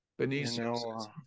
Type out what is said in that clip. Benicio